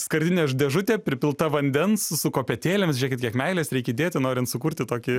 skardinės dėžutė pripilta vandens su su kopėtėlėm žiūrėkit kiek meilės reik įdėti norint sukurti tokį